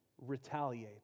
retaliate